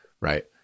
right